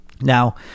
now